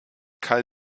karl